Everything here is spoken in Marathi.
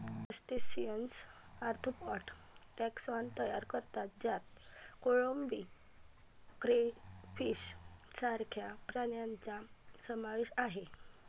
क्रस्टेशियन्स आर्थ्रोपॉड टॅक्सॉन तयार करतात ज्यात कोळंबी, क्रेफिश सारख्या प्राण्यांचा समावेश आहे